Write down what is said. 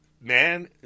man